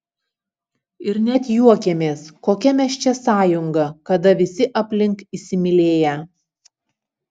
ir net juokėmės kokia mes čia sąjunga kada visi aplink įsimylėję